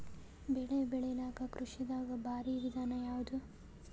ಬೆಳೆ ಬೆಳಿಲಾಕ ಕೃಷಿ ದಾಗ ಭಾರಿ ವಿಧಾನ ಯಾವುದು?